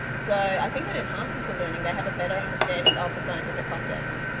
so i think it enhances the learning. they have a better understanding of the scientific concepts.